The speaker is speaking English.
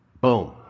Boom